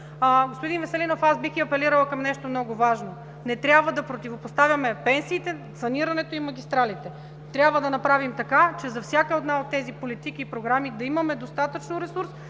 Господин Веселинов, бих апелирала към нещо много важно. Не трябва да противопоставяме пенсиите, санирането и магистралите. Трябва да направим така, че за всяка една от тези политики и програми да имаме достатъчно ресурс,